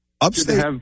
Upstate